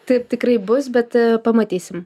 taip tikrai bus bet pamatysim